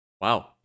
Wow